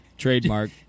Trademark